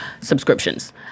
subscriptions